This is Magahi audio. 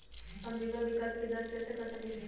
हम बीमा विकल्प के जाँच कैसे कर सकली ह?